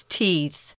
teeth